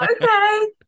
okay